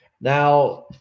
Now